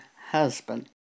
husband